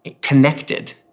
connected